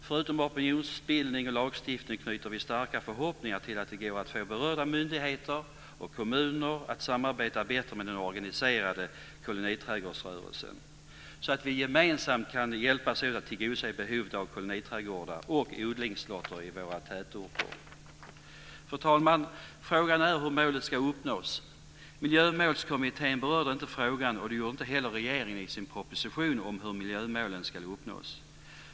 Förutom opinionsbildning och lagstiftning knyter vi starka förhoppningar till att det går att få berörda myndigheter och kommuner att samarbeta bättre med den organiserade koloniträdgårdsrörelsen, så att vi gemensamt kan hjälpas åt att tillgodose behovet koloniträdgårdar och odlingslotter i våra tätorter. Fru talman! Frågan är hur målet ska uppnås. Miljömålskommittén berörde inte frågan, och det gjorde inte heller regeringen i sin proposition om hur miljömålen ska uppnås.